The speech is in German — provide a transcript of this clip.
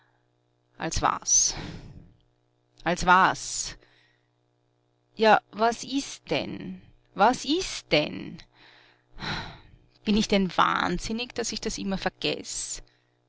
als was als was ja was ist denn was ist denn bin ich denn wahnsinnig daß ich das immer vergeß